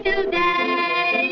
Today